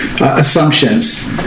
assumptions